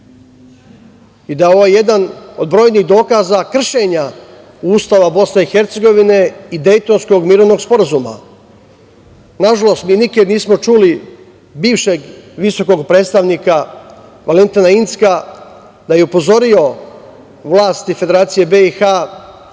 i da je ovo jedan od brojnih dokaza kršenja Ustava BiH i Dejtonskog mirovnog sporazuma. Na žalost mi nikada nismo čuli bivšeg visokog predstavnika Valentina Incka da je upozorio vlasti Federacije BiH